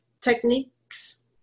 techniques